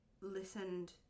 listened